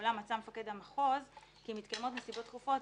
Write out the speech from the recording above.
ואולם מצא מפקד המחוז כי מתקיימות נסיבות דחופות,